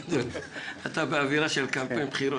אתה באווירה של קמפיין בחירות?